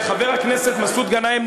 וחבר הכנסת מסעוד גנאים,